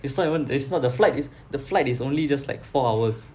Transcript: it's not even it's not the flight is the flight is only just like four hours